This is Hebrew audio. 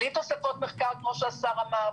בלי תוספות תקציב כמו שהשר אמר,